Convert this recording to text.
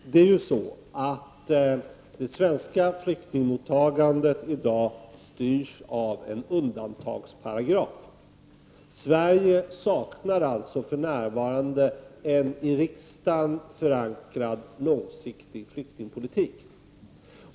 Herr talman! Det är ju så att det svenska flyktingmottagandet i dag styrs av en undantagsparagraf. Sverige saknar alltså för närvarande en i riksdagen förankrad långsiktig flyktingpolitik.